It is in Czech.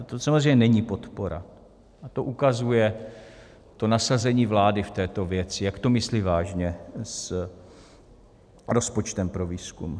To samozřejmě není podpora a to ukazuje to nasazení vlády v této věci, jak to myslí vážně s rozpočtem pro výzkum.